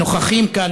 נוכחים כאן,